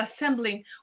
assembling